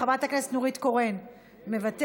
חברת הכנסת נורית קורן מוותרת,